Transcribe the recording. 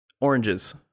oranges